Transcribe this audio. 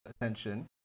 attention